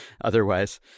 otherwise